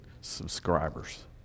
subscribers